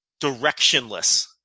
directionless